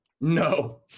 No